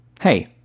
Hey